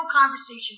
conversation